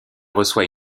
reçoit